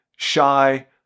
shy